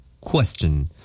Question